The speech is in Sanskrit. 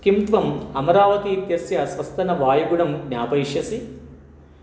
किं त्वम् अमरावतीत्यस्य स्वस्तनवायुगुणं ज्ञापयिष्यसि